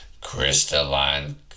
crystalline